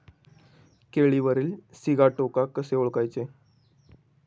केळीवरील सिगाटोका कसे ओळखायचे?